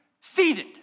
seated